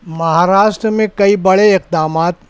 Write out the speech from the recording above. مہاراشٹر میں کئی بڑے اقدامات